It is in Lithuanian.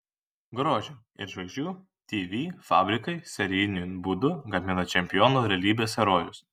grožio ir žvaigždžių tv fabrikai serijiniu būdu gamina čempionų realybės herojus